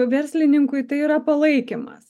verslininkui tai yra palaikymas